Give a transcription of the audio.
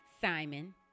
Simon